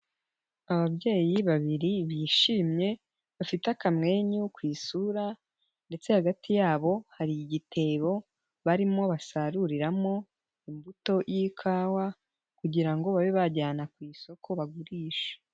Ababyeyi babiri bishimye, bafite akamwenyu ku isura ndetse hagati yabo hari igitebo barimo basaruriramo imbuto y'ikawa kugira ngo babe bajyana ku isoko bagurishe.